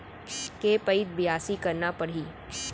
के पइत बियासी करना परहि?